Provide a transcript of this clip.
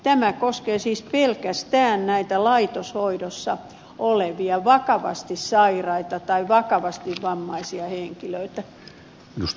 tämä koskee siis pelkästään laitoshoidossa olevia vakavasti sairaita tai vakavasti vammaisia henkilöitä